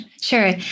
sure